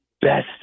best